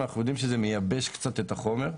אנחנו יודעים שזה מייבש קצת את החומר.